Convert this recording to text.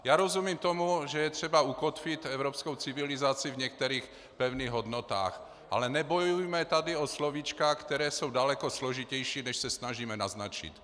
Já rozumím tomu, že je třeba ukotvit evropskou civilizaci v některých pevných hodnotách, ale nebojujme tady o slovíčka, která jsou daleko složitější, než se snažíme naznačit.